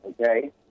okay